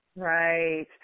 Right